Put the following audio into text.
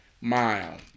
mile